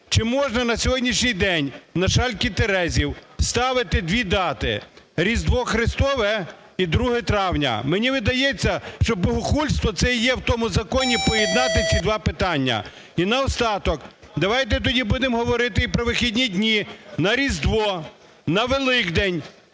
чи можна на сьогоднішній день на шальки терезів ставити дві дати: Різдво Христове і 2 травня. Мені видається, що богохульство це і є в тому законі поєднати ці два питання. І наостанок. Давайте тоді будемо говорити і про вихідні дні на Різдво, на Великдень,